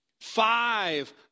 Five